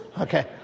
Okay